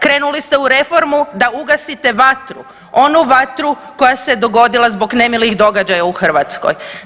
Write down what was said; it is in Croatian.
Krenuli ste u reformu da ugasite vatru, onu vatru koja se dogodila zbog nemilih događaja u Hrvatskoj.